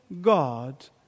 God